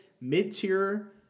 mid-tier